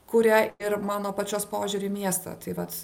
kuria ir mano pačios požiūrį į miestą tai vat